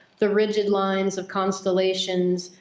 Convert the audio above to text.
the rigid lines of constellations.